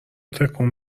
تکون